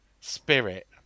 spirit